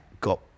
got